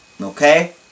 okay